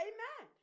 Amen